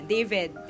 David